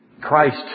Christ